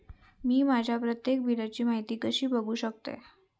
मी माझ्या प्रत्येक बिलची माहिती कशी बघू शकतय?